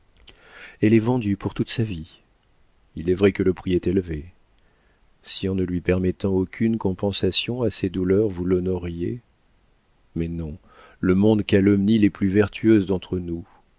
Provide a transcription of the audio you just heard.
elle est vendue pour toute sa vie il est vrai que le prix est élevé si en ne lui permettant aucune compensation à ses douleurs vous l'honoriez mais non le monde calomnie les plus vertueuses d'entre nous